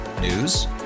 News